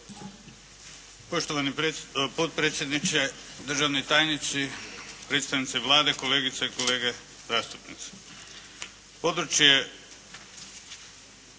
Poštovani potpredsjedniče, državni tajnici, predstavnici Vlade, kolegice i kolege zastupnici. Područje